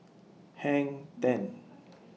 Hang ten